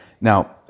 now